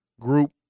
group